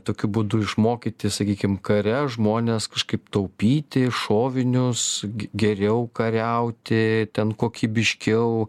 tokiu būdu išmokyti sakykim kare žmones kažkaip taupyti šovinius g geriau kariauti ten kokybiškiau